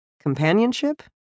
Companionship